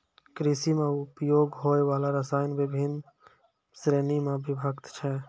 कृषि म उपयोग होय वाला रसायन बिभिन्न श्रेणी म विभक्त छै